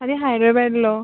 అది హైదరాబాద్లో